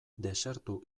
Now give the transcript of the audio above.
desertu